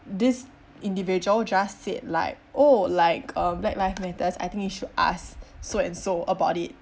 this individual just said like oh like um black life matters I think you should ask so and so about it